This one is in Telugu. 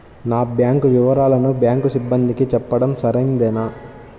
నా బ్యాంకు వివరాలను బ్యాంకు సిబ్బందికి చెప్పడం సరైందేనా?